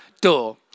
door